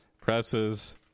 presses